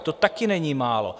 To také není málo!